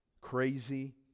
crazy